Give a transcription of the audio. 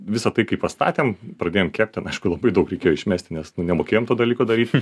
visa tai kai pastatėm pradėjom kept ten aišku labai daug reikėjo išmesti nes nemokėjom to dalyko daryti